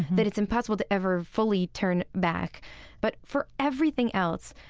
that it's impossible to ever fully turn back but for everything else,